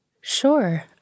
Sure